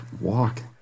walk